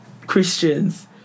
Christians